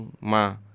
ma